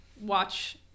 watch